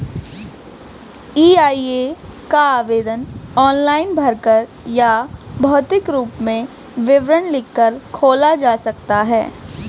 EIA का आवेदन online भरकर या भौतिक रूप में विवरण लिखकर खोला जा सकता है